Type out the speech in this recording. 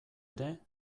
ere